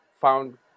found